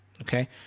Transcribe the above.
Okay